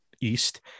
East